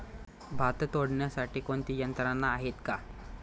भात तोडण्यासाठी कोणती यंत्रणा आहेत का?